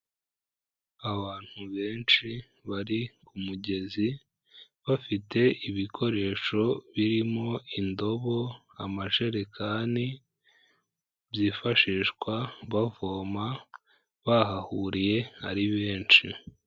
Abantu benshi bari ku mugezi bafite ibikoresho birimo indobo, amajerekani byifashishwa bavoma bahahuriye ari benshi.